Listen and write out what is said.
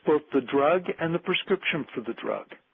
both the drug and the prescription for the drug,